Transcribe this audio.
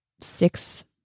six